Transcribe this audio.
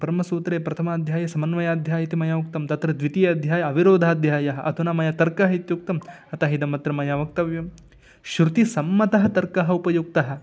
ब्रह्मसूत्रे प्रथमाध्याये समन्वयाध्यायेति मया उक्तं तत्र द्वितीयः अध्यायः अविरोधाध्यायः अधुना मया तर्कः इत्युक्तम् अतः इदम् अत्र मया वक्तव्यं श्रुतिसम्मतः तर्कः उपयुक्तः